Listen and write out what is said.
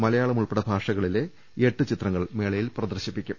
മലയാളമുൾപ്പടെ വിവിധ ഭാഷകളിലെ എട്ട് ചിത്രങ്ങൾ മേള യിൽ പ്രദർശിപ്പിക്കും